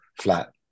flat